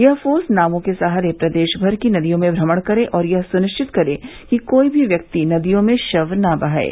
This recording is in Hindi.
यह फोर्स नावों के सहारे प्रदेशभर की नदियों में भ्रमण करे और यह सुनिश्चित करे कि कोई भी व्यक्ति नदियों में शव न बहाये